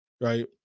right